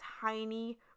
tiny